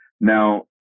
Now